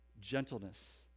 gentleness